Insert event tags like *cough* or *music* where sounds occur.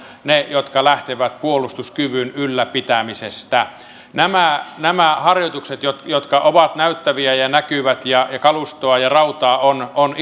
ne harjoitukset jotka lähtevät puolustuskyvyn ylläpitämisestä nämä nämä harjoitukset jotka jotka ovat näyttäviä ja näkyvät ja joissa kalustoa ja rautaa on on *unintelligible*